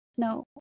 no